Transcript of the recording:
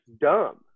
dumb